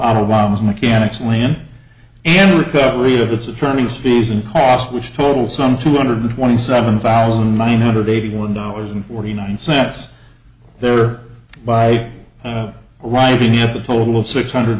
ottawa mechanics lane in recovery of its attorney's fees and cost which totals some two hundred twenty seven thousand nine hundred eighty one dollars and forty nine cents there by writing at the total of six hundred